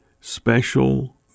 special